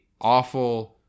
awful